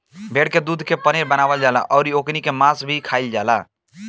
भेड़ के दूध के पनीर बनावल जाला अउरी ओकनी के मांस भी खाईल जाला